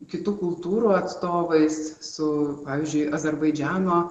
kitų kultūrų atstovais su pavyzdžiui azerbaidžano